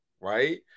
right